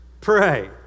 pray